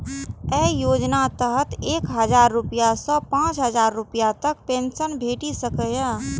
अय योजनाक तहत एक हजार रुपैया सं पांच हजार रुपैया तक पेंशन भेटि सकैए